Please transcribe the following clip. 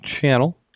Channel